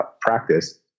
practice